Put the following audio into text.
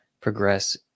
progress